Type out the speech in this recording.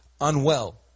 unwell